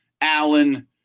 Allen